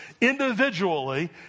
individually